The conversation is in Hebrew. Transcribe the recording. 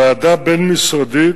ועדה בין-משרדית